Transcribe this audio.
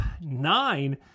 nine